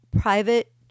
private